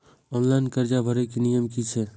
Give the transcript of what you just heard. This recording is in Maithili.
ऑनलाइन कर्जा भरे के नियम की छे?